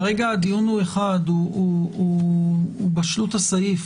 כרגע הדיון הוא אחד, על בשלות הסעיף.